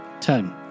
Ten